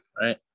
right